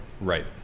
right